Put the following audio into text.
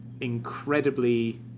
incredibly